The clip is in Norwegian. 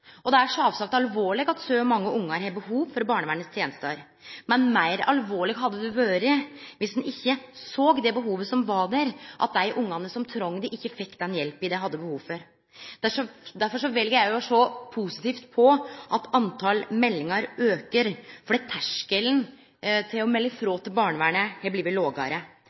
barnevernet. Det er sjølvsagt alvorleg at så mange ungar har behov for tenester frå barnevernet, men meir alvorleg hadde det vore dersom ein ikkje såg det behovet som var der, og at dei ungane som trong hjelp, ikkje fekk den hjelpa dei hadde behov for. Derfor vel eg òg å sjå positivt på at talet på meldingar aukar, for terskelen for å melde frå til barnevernet er blitt lågare. Det betyr òg at barnevernet har